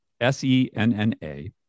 s-e-n-n-a